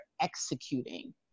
executing